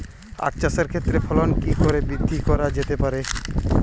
আক চাষের ক্ষেত্রে ফলন কি করে বৃদ্ধি করা যেতে পারে?